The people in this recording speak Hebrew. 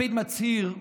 לפיד מצהיר: